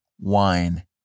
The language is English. wine